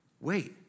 wait